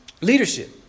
Leadership